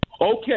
Okay